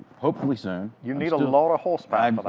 hopefully soon. you need a lot of horsepower